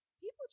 people